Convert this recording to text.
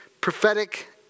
prophetic